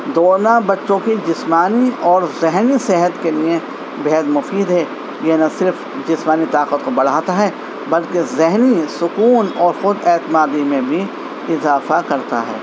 دوڑنا بچوں کی جسمانی اور ذہنی صحت کے لیے بےحد مفید ہے یہ نہ صرف جسمانی طاقت کو بڑھاتا ہے بلکہ ذہنی سکون اور خوداعتمادی میں بھی اضافہ کرتا ہے